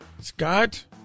Scott